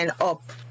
up